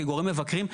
כגורמים מבקרים,